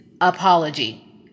apology